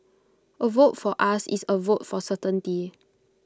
A vote for us is A vote for certainty